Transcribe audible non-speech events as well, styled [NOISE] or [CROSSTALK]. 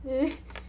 [NOISE]